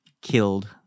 killed